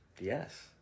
yes